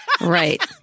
Right